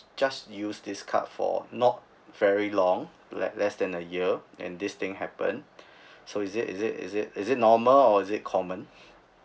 just use this card for not very long less less than a year and this thing happened so is it is it is it is it normal or is it common